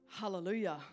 Hallelujah